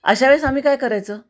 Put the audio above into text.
अशा वेळेस आम्ही काय करायचं